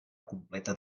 completa